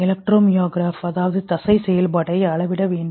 electromyography அதாவது தசை செயல்பாட்டை அளவிட வேண்டும்